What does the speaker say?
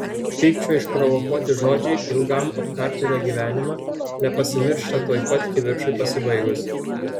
pykčio išprovokuoti žodžiai ilgam apkartina gyvenimą nepasimiršta tuoj pat kivirčui pasibaigus